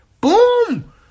Boom